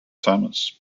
thomas